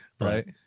right